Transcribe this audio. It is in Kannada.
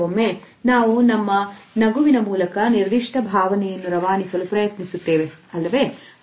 ಕೆಲವೊಮ್ಮೆ ನಾವು ನಮ್ಮ ನಗುವಿನ ಮೂಲಕ ನಿರ್ದಿಷ್ಟ ಭಾವನೆಯನ್ನು ರವಾನಿಸಲು ಪ್ರಯತ್ನಿಸುತ್ತೇವೆ ಅಲ್ಲವೇ